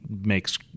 makes